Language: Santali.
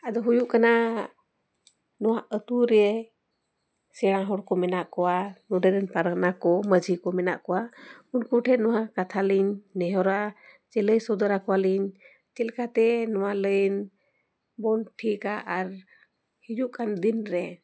ᱟᱫᱚ ᱦᱩᱭᱩᱜ ᱠᱟᱱᱟ ᱱᱚᱣᱟ ᱟᱛᱳ ᱨᱮ ᱥᱮᱬᱟ ᱦᱚᱲ ᱠᱚ ᱢᱮᱱᱟᱜ ᱠᱚᱣᱟ ᱱᱚᱰᱮ ᱨᱮᱱ ᱯᱟᱨᱜᱟᱱᱟ ᱠᱚ ᱢᱟᱺᱡᱷᱤ ᱠᱚ ᱢᱮᱱᱟᱜ ᱠᱚᱣᱟ ᱩᱱᱠᱩ ᱴᱷᱮᱱ ᱱᱚᱣᱟ ᱠᱟᱛᱷᱟ ᱞᱤᱧ ᱱᱮᱦᱚᱨᱟ ᱥᱮ ᱞᱟᱹᱭ ᱥᱚᱫᱚᱨ ᱟᱠᱚᱣᱟᱞᱤᱧ ᱪᱮᱫ ᱞᱮᱠᱟᱛᱮ ᱱᱚᱣᱟ ᱞᱟᱭᱤᱱ ᱵᱚᱱ ᱴᱷᱤᱠᱟ ᱟᱨ ᱦᱤᱡᱩᱜ ᱠᱟᱱ ᱫᱤᱱ ᱨᱮ